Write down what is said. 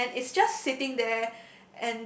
and then it's just sitting there